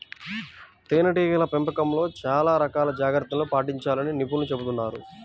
తేనెటీగల పెంపకంలో చాలా రకాల జాగ్రత్తలను పాటించాలని నిపుణులు చెబుతున్నారు